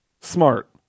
Smart